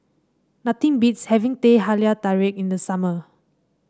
nothing beats having Teh Halia Tarik in the summer